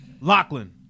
lachlan